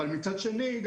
מצד שני,